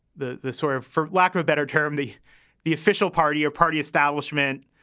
the the sort of for lack of a better term, the the official party or party establishment,